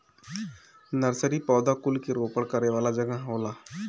nursery पौधा कुल के रोपण करे वाला जगह होला